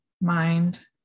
mind